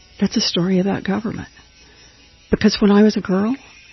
that's a story about government because when i was a girl,